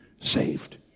saved